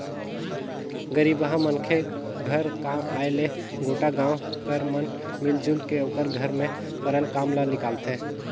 गरीबहा मनखे घर काम आय ले गोटा गाँव कर मन मिलजुल के ओकर घर में परल काम ल निकालथें